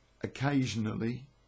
Occasionally